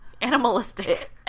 animalistic